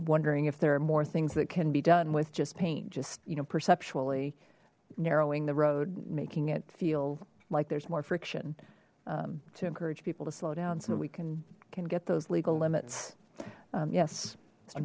wondering if there are more things that can be done with just pain just you know perceptually narrowing the road making it feel like there's more friction to encourage people to slow down so we can can get those legal limits yes